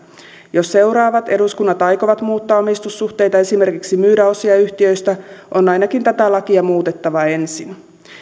jos seuraavat eduskunnat aikovat muuttaa omistussuhteita esimerkiksi myydä osia yhtiöistä on ainakin tätä lakia muutettava ensin